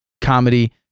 comedy